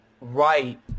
Right